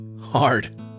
hard